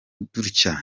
dutya